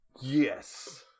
yes